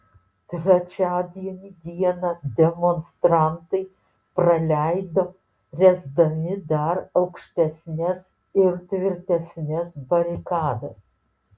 trečiadienį dieną demonstrantai praleido ręsdami dar aukštesnes ir tvirtesnes barikadas